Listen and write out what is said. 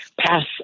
pass